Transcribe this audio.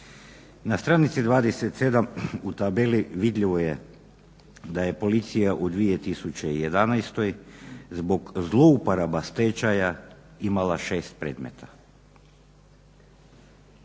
Na stranici 27 u tabeli vidljivo je da je policija u 2011. zbog zlouporaba stečaja imala 6 predmeta.